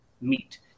meet